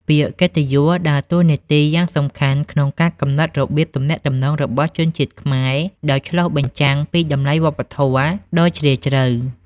ពាក្យកិត្តិយសដើរតួនាទីយ៉ាងសំខាន់ក្នុងការកំណត់របៀបទំនាក់ទំនងរបស់ជនជាតិខ្មែរ ដោយឆ្លុះបញ្ចាំងពីតម្លៃវប្បធម៌ដ៏ជ្រាលជ្រៅ។